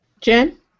Jen